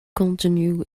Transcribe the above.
continue